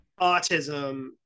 autism